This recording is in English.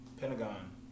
Pentagon